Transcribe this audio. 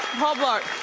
paul blart.